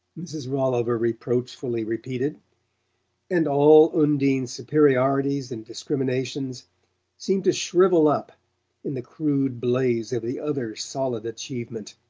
mrs. rolliver reproachfully repeated and all undine's superiorities and discriminations seemed to shrivel up in the crude blaze of the other's solid achievement.